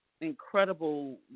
incredible